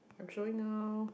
I'm showing now